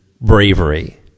bravery